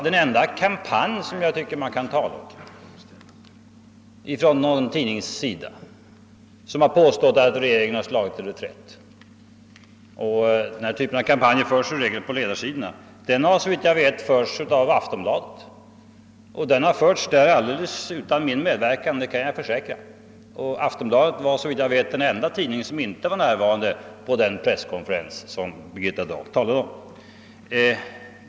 Den enda kampanj som jag tycker man kan tala om från någon tidnings sida av den innebörden har såvitt jag vet förts i Aftonbladet. Och den har förts där alldeles utan min medverkan, det kan jag försäkra. Aftonbladet var såvitt jag vet den enda tidning som inte var närvarande vid den presskonferens som Birgitta Dahl talade om.